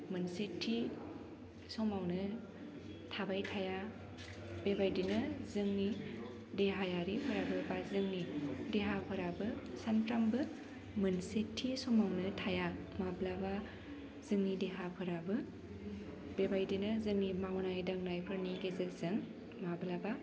मोनसे थि समावनो थाबाय थाया बेबायदिनो जोंनि देहायारि फोराबो बा जोंनि देहाफोराबो सानफ्रामबो मोनसे थि समावनो थाया माब्लाबा जोंनि देहाफोराबो बेबायदिनो जोंनि मावनाय दांनायफोरनि गेजेरजों माब्लाबा